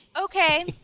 Okay